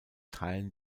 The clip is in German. teilen